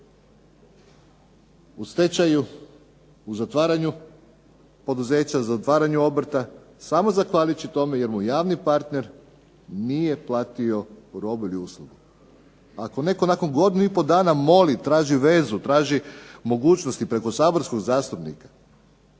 u stečaju, u zatvaranju poduzeća, u zatvaranju obrta samo zahvaljujući tome jer mu javni partner nije platio ni robu ili uslugu. Ako netko nakon godinu i pol dana moli, traži vezu, traži mogućnosti preko saborskog zastupnika